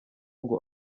ngo